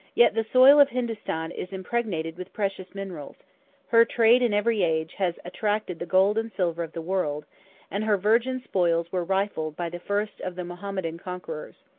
yet the soil of hindostan is impregnated with precious minerals her trade, in every age, has attracted the gold and silver of the world and her virgin spoils were rifled by the first of the mahometan conquerors.